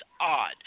odd